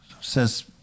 says